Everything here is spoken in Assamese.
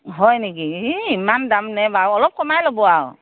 হয় নিকি ই ইমান দামনে বাৰু অলপ কমাই ল'ব আৰু